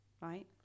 right